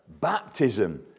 baptism